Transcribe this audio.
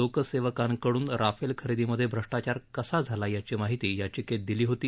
लोकसेवकांकडून Rafale खरेदीमधे श्रष्टाचार कसा झाला याची माहिती याचिकेत दिली होती